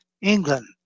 England